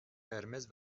قرمز